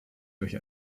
durch